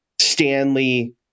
Stanley